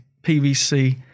PVC